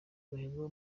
agahigo